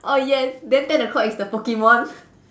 oh yes then ten O-clock is the Pokemon